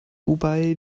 wobei